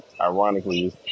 Ironically